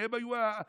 שהם היו הלוביסטים,